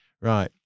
Right